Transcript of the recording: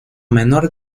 menor